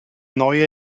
neue